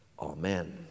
Amen